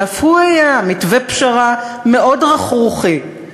שאף הוא היה מתווה פשרה מאוד רכרוכי,